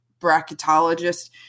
bracketologist